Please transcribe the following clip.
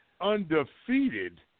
undefeated